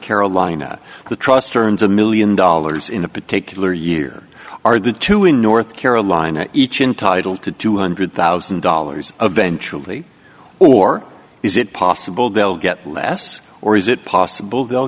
carolina the trust earns a million dollars in a particular year are the two in north carolina each entitle to two hundred thousand dollars eventuality or is it possible they'll get less or is it possible they'll